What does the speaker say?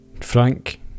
Frank